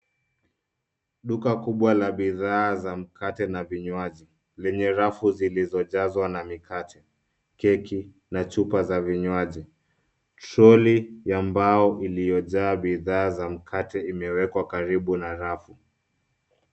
Duka kubwa za bidhaa za mkate na vinywaji lenye rafu zilizojazwa na mikate, keki na chupa za vinywaji. Troli ya a mbao iliyojaa bidhaa za mkate imewekwa karibu na rafu.